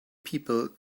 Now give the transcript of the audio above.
people